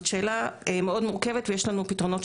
וזה דבר שהוא מהותי לחברה פלורליסטית ודמוקרטית ופתוחה.